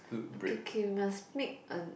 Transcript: okay okay you must make a